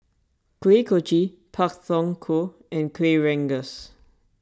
Kuih Kochi Pak Thong Ko and Kueh Rengas